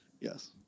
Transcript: Yes